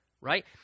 right